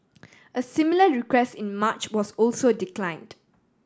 a similar request in March was also declined